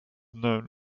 known